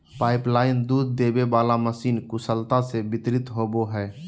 pipeline दूध देबे वाला मशीन कुशलता से वितरित होबो हइ